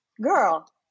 girl